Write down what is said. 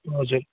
हजुर